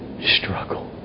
struggle